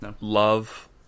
Love